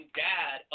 dad